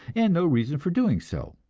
and no reason for doing so.